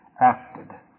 acted